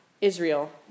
Israel